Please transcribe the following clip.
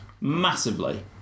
Massively